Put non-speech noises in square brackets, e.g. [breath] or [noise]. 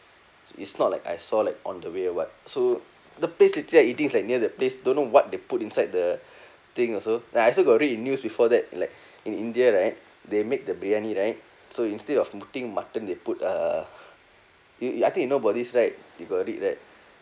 it's not like I saw like on the way or what so the place literally I eating is like near the place don't know what they put inside the [breath] thing also like I also got read in news before that like [breath] in india right they make the biryani right so instead of putting mutton they put err you you I think you know about this right you got read right